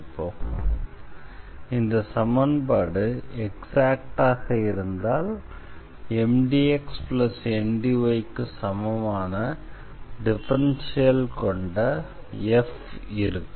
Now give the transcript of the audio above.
இப்போது இந்த சமன்பாடு எக்ஸாக்டாக இருந்தால் M dx N dy க்கு சமமான டிஃபரன்ஷியல் கொண்ட f இருக்கும்